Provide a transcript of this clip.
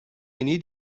need